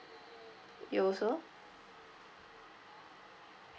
you also